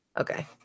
okay